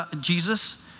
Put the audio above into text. Jesus